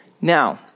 Now